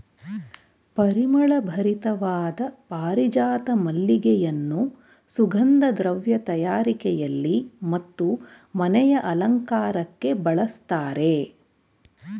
ಪರಿಮಳ ಭರಿತವಾದ ಪಾರಿಜಾತ ಮಲ್ಲಿಗೆಯನ್ನು ಸುಗಂಧ ದ್ರವ್ಯ ತಯಾರಿಕೆಯಲ್ಲಿ ಮತ್ತು ಮನೆಯ ಅಲಂಕಾರಕ್ಕೆ ಬಳಸ್ತರೆ